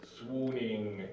swooning